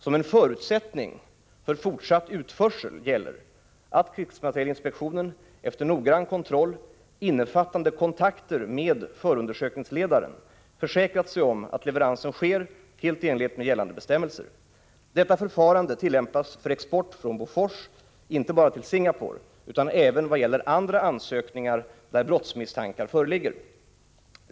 Som en förutsättning för fortsatt utförsel gäller att KMI efter noggrann kontroll, innefattande kontakter med förundersökningsledaren, försäkrat sig om att leveransen sker helt i enlighet med gällande bestämmelser. Detta förfarande tillämpas för export från Bofors inte bara till Singapore utan även i vad gäller andra ansökningar där brottsmisstankar föreligger.